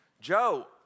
Joe